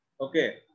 Okay